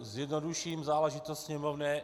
Zjednoduším záležitost sněmovny.